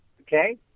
Okay